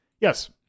Yes